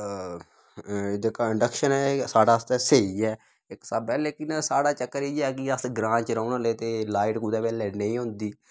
जेह्का इंडक्शन ऐ एह् साढ़े आस्तै स्हेई ऐ इक स्हाबै लेकिन साढ़े चक्कर इ'यै कि अस ग्रांऽ च रौह्न आह्ले ते लाइट कुदै बेल्लै नेईं होंदी